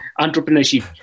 entrepreneurship